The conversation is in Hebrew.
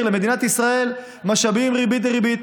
למדינת ישראל משאבים בריבית דריבית.